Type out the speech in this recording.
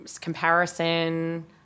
comparison